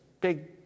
big